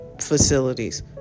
facilities